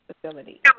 facility